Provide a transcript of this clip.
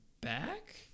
back